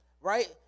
right